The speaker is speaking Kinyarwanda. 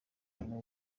bumwe